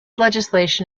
legislation